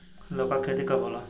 लौका के खेती कब होला?